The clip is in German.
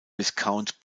viscount